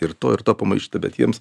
ir to ir to pamaišyta bet jiems